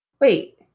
Wait